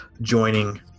joining